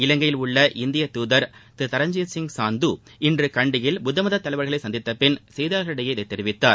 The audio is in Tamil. இலங்கையில் உள்ள இந்திய தூதர் திரு தரன்ஜித் சிங் சாந்து இன்று கண்டியில் புத்தமதத் தலைவர்களை சந்தித்தப்பின் செய்தியாளர்களிடம் இதை தெரிவித்தார்